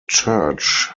church